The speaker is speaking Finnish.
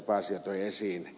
paasio toi esiin